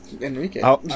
Enrique